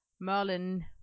Merlin